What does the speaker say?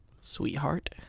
sweetheart